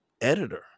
editor